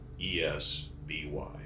E-S-B-Y